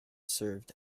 served